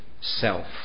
self